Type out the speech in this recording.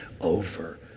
over